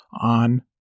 on